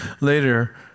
later